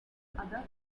platforms